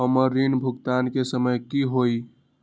हमर ऋण भुगतान के समय कि होई?